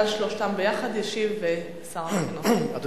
על שלושתן יחד ישיב שר החינוך.